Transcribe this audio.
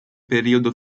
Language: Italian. periodo